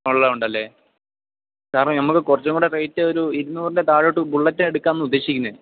ഉള്ളത് ഉണ്ടല്ലേ കാരണം നമുക്ക് കുറച്ചും കൂടെ റയിറ്റൊര് ഇരുന്നൂറിൻ്റെ താഴോട്ട് ബുള്ളറ്റ് എടുക്കാമെന്നാണ് ഉദ്ദേശിക്കുന്നത്